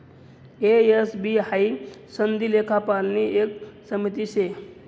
ए, S, B हाई सनदी लेखापालनी एक समिती शे